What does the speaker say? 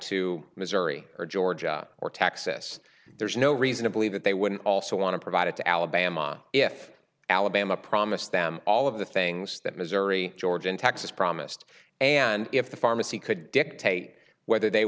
to missouri or georgia or texas there's no reason to believe that they wouldn't also want to provide it to alabama if alabama promised them all of the things that missouri georgia and texas promised and if the pharmacy could dictate whether they